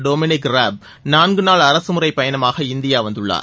Dominic Raab நான்கு நாள் அரசு முறைப் பயணமாக இந்தியா வந்துள்ளார்